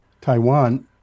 Taiwan